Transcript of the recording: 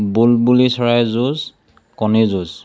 বুলবুলি চৰাই যুঁজ কণী যুঁজ